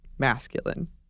masculine